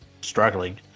struggling